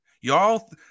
Y'all